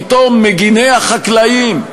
פתאום מגיני החקלאים,